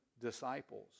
disciples